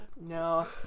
no